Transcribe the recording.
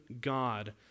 God